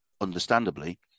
understandably